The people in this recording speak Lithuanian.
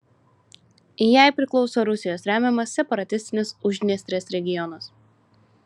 jai priklauso rusijos remiamas separatistinis uždniestrės regionas